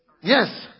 Yes